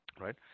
right